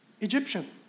Egyptian